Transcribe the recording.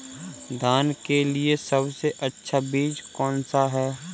धान के लिए सबसे अच्छा बीज कौन सा है?